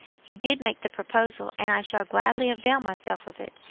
he did make the proposal, and i shall gladly avail myself of it,